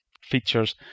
features